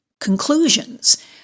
conclusions